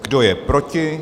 Kdo je proti?